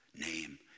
name